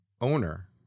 owner